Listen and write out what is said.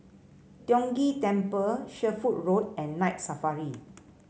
Tiong Ghee Temple Sherwood Road and Night Safari